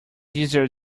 easier